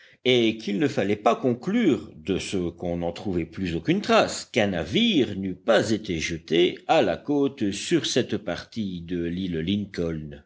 et qu'il ne fallait pas conclure de ce qu'on n'en trouvait plus aucune trace qu'un navire n'eût pas été jeté à la côte sur cette partie de l'île lincoln